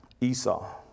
Esau